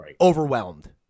overwhelmed